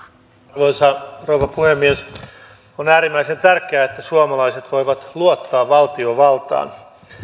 arvoisa rouva puhemies on äärimmäisen tärkeää että suomalaiset voivat luottaa valtiovaltaan